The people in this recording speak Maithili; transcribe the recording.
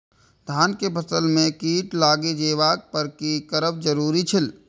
धान के फसल में कीट लागि जेबाक पर की करब जरुरी छल?